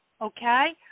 okay